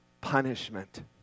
punishment